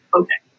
okay